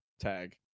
tag